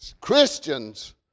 Christians